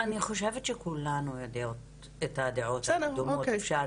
אני חושבת שכולנו יודעות את הדעות הקדומות, אפשר